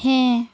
ᱦᱮᱸ